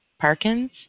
Parkins